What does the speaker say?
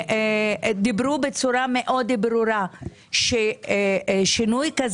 דיברו בצורה מאוד ברורה על כך ששינוי הזה